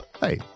Hey